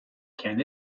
can